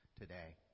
today